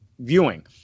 viewing